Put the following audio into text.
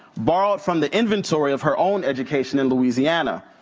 borrowed from the inventory of her own education in louisiana,